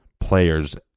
players